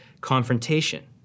confrontation